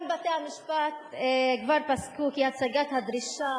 גם בתי-המשפט כבר פסקו כי הצגת הדרישה